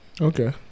okay